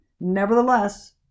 nevertheless